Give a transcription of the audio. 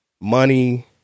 money